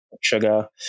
Sugar